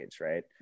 right